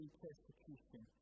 persecution